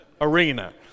arena